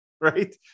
right